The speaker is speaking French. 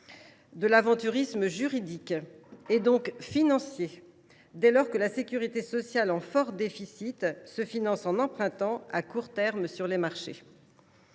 de l’aventurisme juridique, donc financier, dès lors qu’une sécurité sociale en fort déficit se finance en empruntant à court terme sur les marchés.